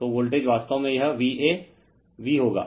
तो वोल्टेज वास्तव में यह V a v होगा